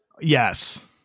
Yes